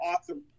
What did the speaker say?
Awesome